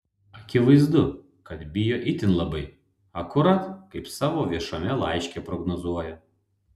akivaizdu kad bijo itin labai akurat kaip savo viešame laiške prognozuoja